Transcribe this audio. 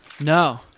No